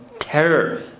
terror